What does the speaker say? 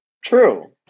True